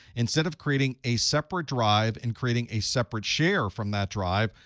instead of creating a separate drive and creating a separate share from that drive,